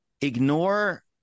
ignore